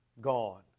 gone